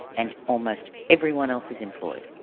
and almost everyone else is employed.